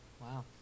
Wow